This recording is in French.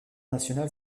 national